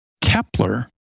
Kepler